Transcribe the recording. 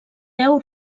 deu